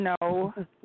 no